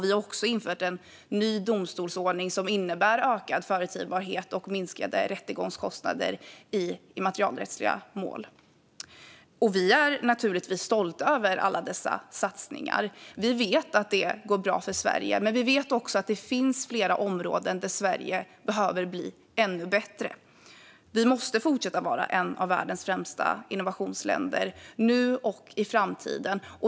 Vi har också infört en ny domstolsordning som innebär ökad förutsägbarhet och minskade rättegångskostnader i immaterialrättsliga mål. Vi är naturligtvis stolta över alla dessa satsningar. Vi vet att det går bra för Sverige, men vi vet också att det finns flera områden där Sverige behöver bli ännu bättre. Vi måste fortsätta vara ett av världens främsta innovationsländer, nu och i framtiden.